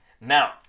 Now